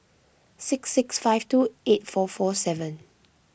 six six five two eight four four seven